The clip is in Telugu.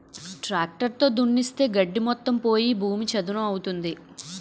ట్రాక్టర్ తో దున్నిస్తే గడ్డి మొత్తం పోయి భూమి చదును అవుతుంది